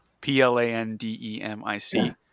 P-L-A-N-D-E-M-I-C